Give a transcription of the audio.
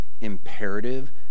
imperative